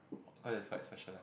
cause is quite specialise